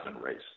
race